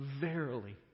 verily